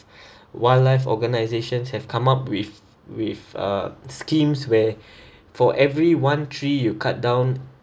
wildlife organisations have come up with with uh schemes where for every one tree you cut down